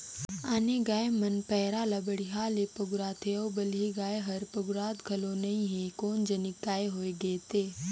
आने गाय मन पैरा ला बड़िहा ले पगुराथे अउ बलही गाय हर पगुरात घलो नई हे कोन जनिक काय होय गे ते